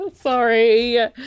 Sorry